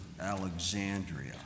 Alexandria